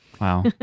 Wow